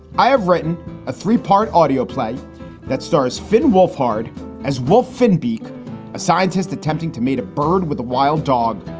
i have written a three part audio play that starts finn wolf hard as wolf bik, a scientist attempting to meet a bird with a wild dog,